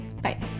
Bye